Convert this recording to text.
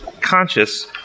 conscious